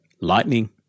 lightning